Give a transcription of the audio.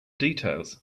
details